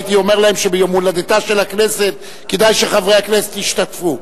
הייתי אומר להם שביום הולדתה של הכנסת כדאי שחברי הכנסת ישתתפו.